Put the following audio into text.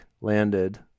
landed